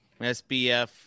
SBF